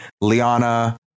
Liana